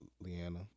Leanna